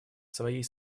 своей